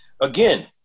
again